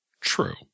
True